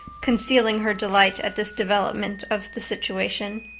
concealing her delight at this development of the situation.